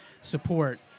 support